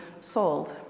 sold